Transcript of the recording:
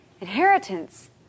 Inheritance